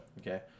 Okay